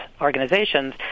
organizations